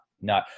No